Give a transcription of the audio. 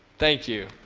thank you.